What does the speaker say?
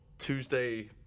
Tuesday